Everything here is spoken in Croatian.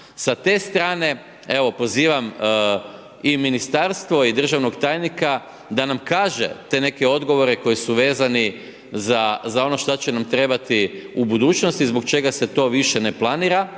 Sa te strane, evo, pozivam i ministarstvo i državnog tajnika da nam kaže te neke odgovore koji su vezani za ono što će nam trebati u budućnosti, zbog čega se to više ne planira